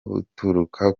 buturuka